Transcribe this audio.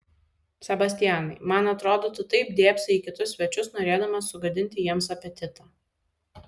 sebastianai man atrodo tu taip dėbsai į kitus svečius norėdamas sugadinti jiems apetitą